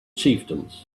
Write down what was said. chieftains